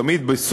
תמיד,